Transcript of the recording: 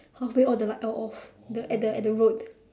halfway all the light all off the at the at the road